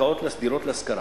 לדירות להשכרה.